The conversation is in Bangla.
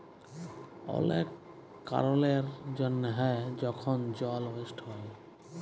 অলেক কারলের জ্যনহে যখল জল ওয়েস্ট হ্যয়